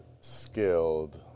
skilled